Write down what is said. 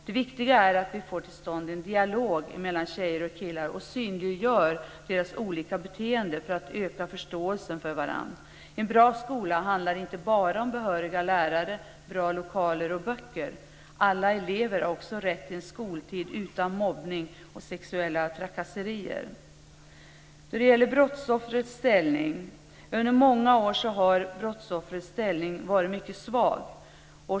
Det viktiga är att vi får till stånd en dialog mellan tjejer och killar och synliggör deras olika beteenden för att öka förståelsen dem emellan. En bra skola handlar inte bara om behöriga lärare, bra lokaler och böcker. Alla elever har också rätt till en skoltid utan mobbning och sexuella trakasserier. Under många år har brottsoffrets ställning varit mycket svag.